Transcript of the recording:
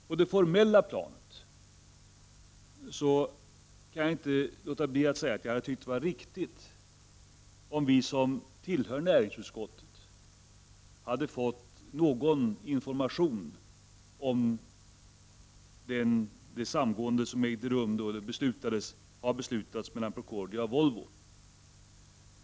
På det formella planet tycker jag att det hade varit riktigt, om vi som tillhör näringsutskottet hade fått information då beslutet om samgående mellan Volvo och Procordia fattades.